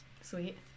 Sweet